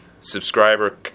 subscriber